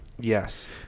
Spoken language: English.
yes